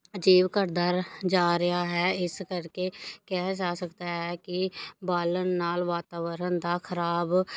ਜੇਬ ਘਟਦਾ ਜਾ ਰਿਹਾ ਹੈ ਇਸ ਕਰਕੇ ਕਿਹਾ ਜਾ ਸਕਦਾ ਹੈ ਕਿ ਬਾਲਣ ਨਾਲ ਵਾਤਾਵਰਨ ਦਾ ਖਰਾਬ